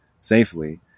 safely